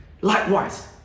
Likewise